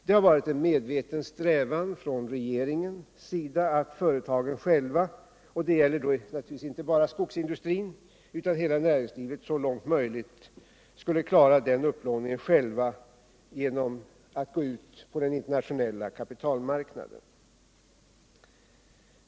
Det har varit en medveten strävan från regeringens sida att företagen — och då avses naturligtvis inte bara skogsindustrin, utan hela näringslivet — så långt möjligt själva skulle klara den upplåningen genom att gå ut på den internationella kapitalmarknaden.